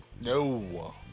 No